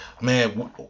man